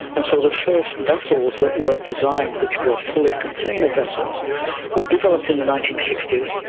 and so the first vessels that were designed which were fully container vessels were developed in the nineteen sixty s,